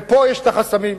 ופה יש את החסמים.